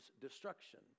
destruction